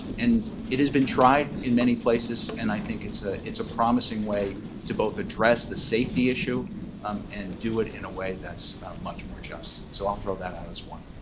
and it has been tried in many places and i think it's ah it's a promising way to both address the safety issue um and do it in a way that's much more just. so i'll throw that out as one.